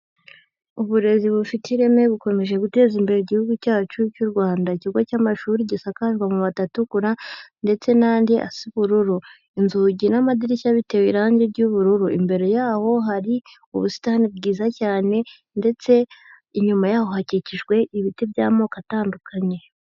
Uburezi bufite ireme bukomeje guteza imbere igihugu cyacu cy'u Rwanda. Ikigo cy'amashuri gisakajwe amabati atukura, ndetse n'andi asa ubururu. Inzugi n'amadirishya bitewe irangi ry'ubururu. Imbere yaho hari ubusitani bwiza cyane, ndetse inyuma yaho hakikijwe ibiti by'amoko atandukanye.